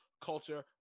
Culture